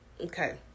okay